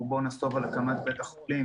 רובו נסוב על הקמת בית החולים,